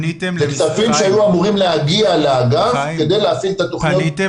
אלה כספים שהיו אמורים להגיע לאגף כדי להפעיל את התוכניות,